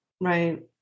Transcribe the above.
Right